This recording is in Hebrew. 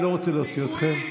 אני לא רוצה להוציא אתכם.